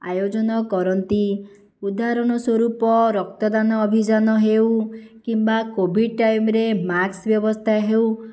ଆୟୋଜନ କରନ୍ତି ଉଦାହରଣ ସ୍ୱରୂପ ରକ୍ତଦାନ ଅଭିଯାନ ହେଉ କିମ୍ବା କୋଭିଡ଼୍ ଟାଇମ୍ ରେ ମାସ୍କ ବ୍ୟବସ୍ଥା ହେଉ